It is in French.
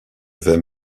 vais